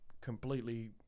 completely